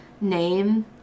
name